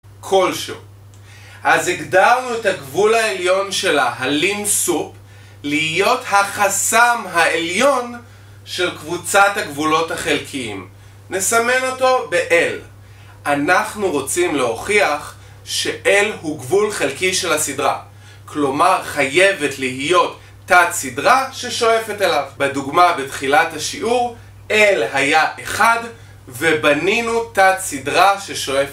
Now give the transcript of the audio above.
כלשהו אז הגדרנו את הגבול העליון שלה, הלים סופ, להיות החסם העליון של קבוצת הגבולות החלקיים נסמן אותו ב-L אנחנו רוצים להוכיח ש-L הוא גבול חלקי של הסדרה כלומר חייבת להיות תת סדרה ששואפת אליו בדוגמה בתחילת השיעור L היה 1 ובנינו תת סדרה ששואפת